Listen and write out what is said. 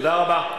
תודה רבה.